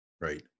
Right